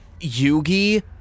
Yugi